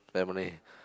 lemonade